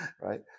right